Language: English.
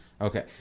Okay